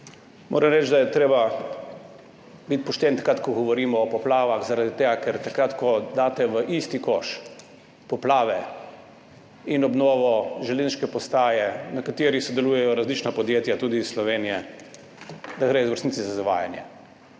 Moram reči, da je treba biti pošten, takrat ko govorimo o poplavah. Zaradi tega ker takrat ko daste v isti koš poplave in obnovo železniške postaje, na kateri sodelujejo različna podjetja, tudi iz Slovenije, gre v resnici za zavajanje.